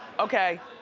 okay.